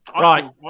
Right